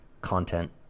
content